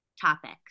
topics